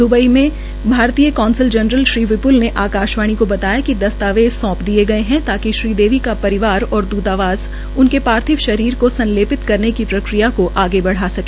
Dubai में भारतीय consul general Shri Vipul ने आकाशवाणी को बताया कि दस्तावेज सौंप दिए गए है ताकि श्रीदेवी का परिवार और द्रतावास उनके पार्थिव शरीर को संलेपित करने की प्रक्रिया को आगे बढ़ा सके